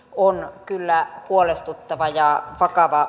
on kyllä huolestuttava ja palkata